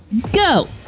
go!